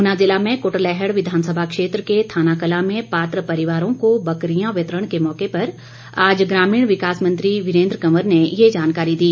ऊना जिला में क्टलैहड विधानसभा क्षेत्र के थाना कलां में पात्र परिवारों को बकरियां वितरण के मौके पर आज ग्रामीण विकास मंत्री वीरेन्द्र कंवर ने ये जानकारी दी